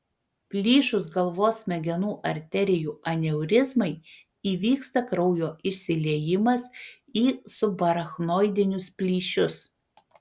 plyšus galvos smegenų arterijų aneurizmai įvyksta kraujo išsiliejimas į subarachnoidinius plyšius